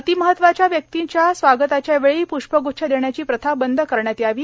अतिमहत्वाच्या व्यक्तींच्या स्वागताच्या वेळी पृष्पग्च्छ देण्याची प्रथा बंद करण्यात यावी